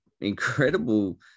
incredible